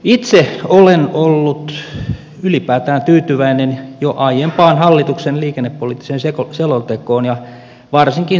itse olen ollut ylipäätään tyytyväinen jo aiempaan hallituksen liikennepoliittiseen selontekoon ja varsinkin satsaamiseen rautateihin